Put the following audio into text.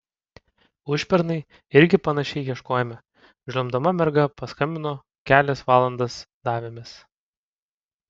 užpernai irgi panašiai ieškojome žliumbdama merga paskambino kelias valandas davėmės